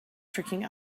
tricking